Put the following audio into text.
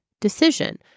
Decision